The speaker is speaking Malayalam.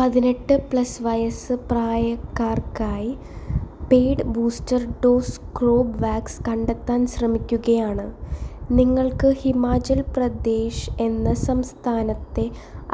പതിനെട്ട് പ്ലസ് വയസ്സ് പ്രായക്കാർക്കായി പെയ്ഡ് ബൂസ്റ്റർ ഡോസ് കോർബെവാക്സ് കണ്ടെത്താൻ ശ്രമിക്കുകയാണ് നിങ്ങൾക്ക് ഹിമാചൽ പ്രദേശ് എന്ന സംസ്ഥാനത്തെ